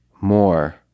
more